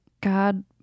God